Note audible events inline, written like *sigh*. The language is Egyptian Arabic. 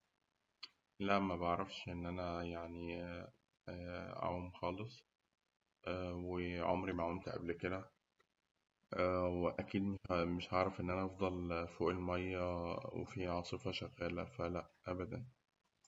لا مبعرفش إننا يعني *hesitation* أعوم خالص، وعمري ما عمت قبل كده، وأكيد مش هأعرف إن أنا أفضل فوق الماية وفيه عاصفة شغالة، فلأ أبداً.